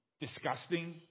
disgusting